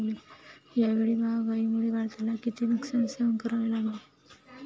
यावेळी महागाईमुळे भारताला किती नुकसान सहन करावे लागले आहे?